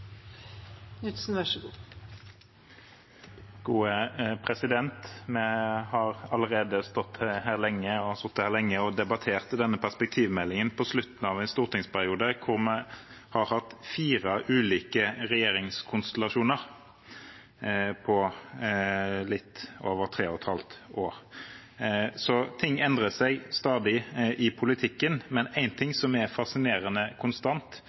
Vi har allerede stått her lenge og sittet her lenge og diskutert denne perspektivmeldingen – på slutten av en stortingsperiode hvor vi har hatt fire ulike regjeringskonstellasjoner på litt over tre og et halvt år. Ting endrer seg stadig i politikken, men én ting som er fascinerende konstant,